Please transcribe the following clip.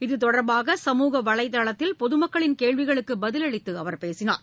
இதுதொடர்பாக சமூக வலைதளத்தில் பொதுமக்களின் கேள்விகளுக்குபதிலளித்துஅவர் பேசினார்